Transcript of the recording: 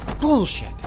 bullshit